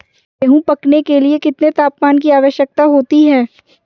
गेहूँ पकने के लिए कितने तापमान की आवश्यकता होती है?